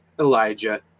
Elijah